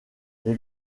les